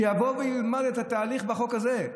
שיבוא וילמד את התהליך בחוק הזה.